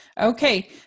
okay